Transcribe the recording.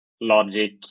logic